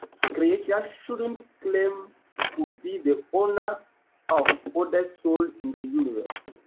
creatures shouldn't claim to be the owner of other soul in the universe,